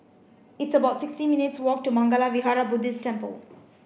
it's about sixty minutes' walk to Mangala Vihara Buddhist Temple